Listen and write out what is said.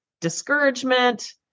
discouragement